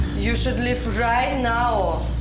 you should leave right now.